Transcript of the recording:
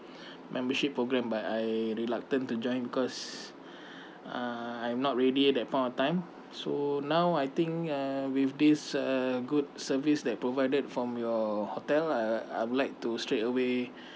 membership program but I reluctant to join because uh I'm not ready at that point of time so now I think uh with this uh good service that provided from your hotel uh I would like to straightaway